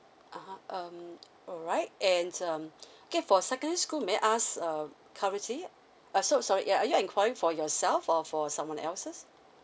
(uh huh) um alright and um okay for secondary school may I ask um currently uh so sorry yeah are you enquiring for yourself or for someone else's